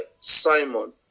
Simon